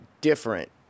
different